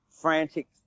frantic